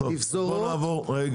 וזה אחוז מאוד נמוך מהמטענים.